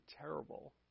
terrible